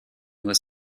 was